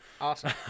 Awesome